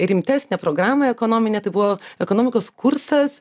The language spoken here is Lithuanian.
rimtesnę programą ekonominę tai buvo ekonomikos kursas